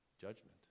judgment